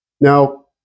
Now